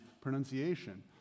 pronunciation